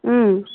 ம்